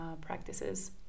practices